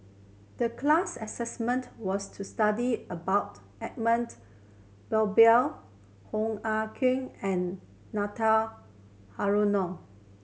the class assignment was to study about Edmund Blundell Hoo Ah Kay and Nathan Hartono